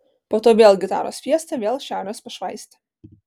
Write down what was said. po to vėl gitaros fiesta vėl šiaurės pašvaistė